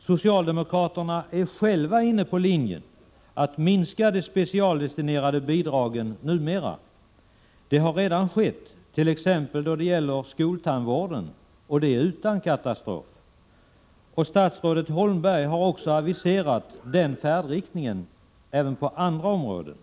Socialdemokraterna är själva inne på linjen att minska de specialdestinerade bidragen numera. Det har redan skett, t.ex. då det gäller skoltandvården, och det utan katastrof. Statsrådet Holmberg har också aviserat den färdriktningen även på andra områden.